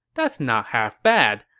that's not half bad.